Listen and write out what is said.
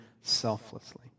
selflessly